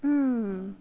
mm